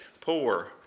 poor